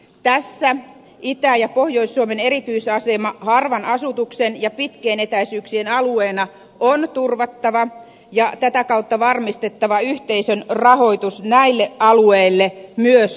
tässä itä ja pohjois suomen erityisasema harvan asutuksen ja pitkien etäisyyksien alueina on turvattava ja tätä kautta varmistettava yhteisön rahoitus näille alueille myös tulevaisuudessa